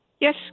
Yes